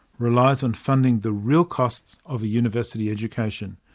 relies on funding the real cost of a university education.